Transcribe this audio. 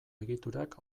egiturak